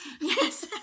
Yes